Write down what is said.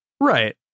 Right